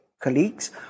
colleagues